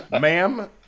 Ma'am